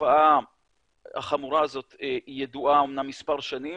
התופעה החמורה הזאת ידועה אמנם מספר שנים,